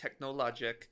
Technologic